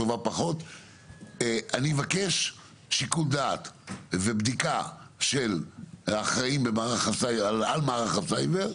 אני אבקש שיקול דעת ובדיקה של האחראים על מערך הסייבר,